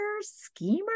schemer